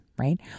right